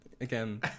again